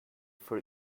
for